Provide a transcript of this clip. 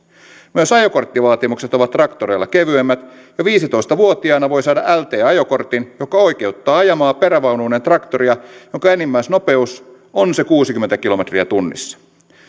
myös ajokorttivaatimukset ovat traktoreilla kevyemmät jo viisitoista vuotiaana voi saada lt ajokortin joka oikeuttaa ajamaan perävaunuineen traktoria jonka enimmäisnopeus on se kuusikymmentä kilometriä tunnissa